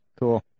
Cool